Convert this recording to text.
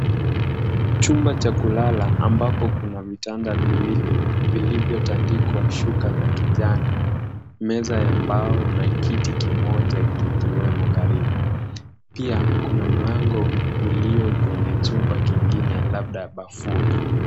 Chumba cha kulala ambapo kuna vitanda viwili vilivyotandikwa shuka za kijani, meza ya mbao na kiti kimoja kikiwemo karibu. Pia kuna mlango ulio kwenye chumba kingine labda bafuni.